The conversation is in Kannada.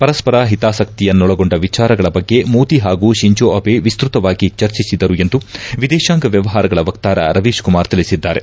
ಪರಸ್ಪರ ಹಿತಾಸಕ್ತಿಯನ್ನೊಳಗೊಂಡ ವಿಚಾರಗಳ ಬಗ್ಗೆ ಮೋದಿ ಹಾಗೂ ಶಿಂಜೊ ಅಬೆ ವಿಸ್ತತವಾಗಿ ಚರ್ಚಿಸಿದರು ಎಂದು ವಿದೇಶಾಂಗ ವ್ಲವಹಾರ ವಕ್ತಾರ ರವೀಶ್ ಕುಮಾರ್ ತಿಳಿಸಿದ್ದಾರೆ